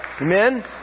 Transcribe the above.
Amen